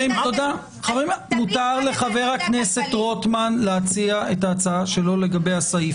מותר לחבר הכנסת רוטמן להציע את ההצעה שלו לסעיף.